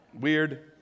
Weird